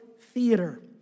theater